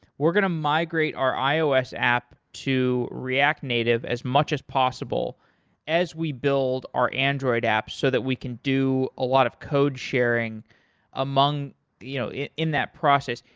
we're going to migrate our ios app to react native as much as possible as we build our android apps so that we can do a lot of code sharing you know in in that process.